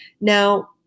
now